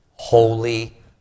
Holy